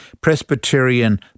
Presbyterian